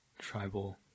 tribal